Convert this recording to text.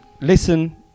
listen